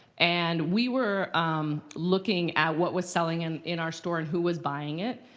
and we were looking at what was selling in in our store and who was buying it.